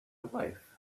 wife